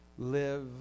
Live